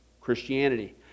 Christianity